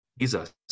Jesus